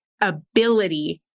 ability